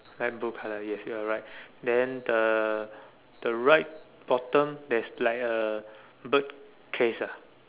light blue colour yes you are right then the the right bottom there's like a bird case ah